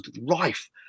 rife